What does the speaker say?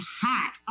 hot